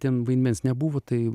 ten vaidmens nebuvo tai